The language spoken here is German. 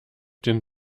den